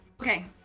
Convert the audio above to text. Okay